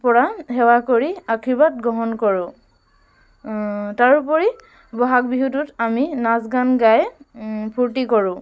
পৰা সেৱা কৰি আশীৰ্বাদ গ্ৰহণ কৰোঁ তাৰোপৰি বহাগ বিহুটোত আমি নাচ গান গাই ফূৰ্তি কৰোঁ